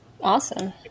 awesome